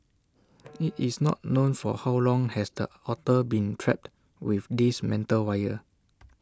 IT is not known for how long has the otter been trapped with this metal wire